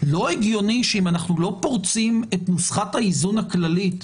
לא הגיוני שאם אנחנו לא פורצים את נוסחת האיזון הכללית,